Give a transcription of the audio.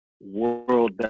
world